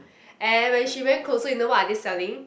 and when she went closer you know what are they selling